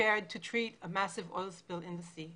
דיה לטפל בדליפת נפט מאסיבית בים הן חמורות ביותר.